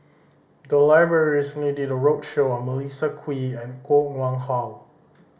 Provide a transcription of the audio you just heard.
the library recently did a roadshow on Melissa Kwee and Koh Nguang How